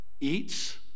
Eats